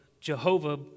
Jehovah